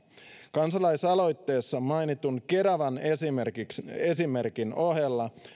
kansalaisaloitteessa mainitun keravan esimerkin ohella